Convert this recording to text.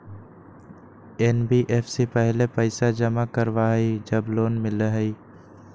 NBFC पहले पईसा जमा करवहई जब लोन मिलहई?